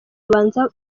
babanza